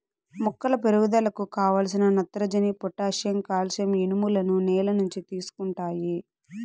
మొక్కల పెరుగుదలకు కావలసిన నత్రజని, పొటాషియం, కాల్షియం, ఇనుములను నేల నుంచి తీసుకుంటాయి